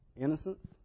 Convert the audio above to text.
innocence